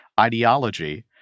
ideology